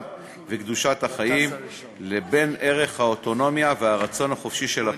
וקדושת החיים לבין ערך האוטונומיה והרצון החופשי של הפרט,